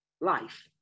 life